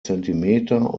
zentimeter